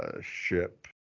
ship